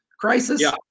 crisis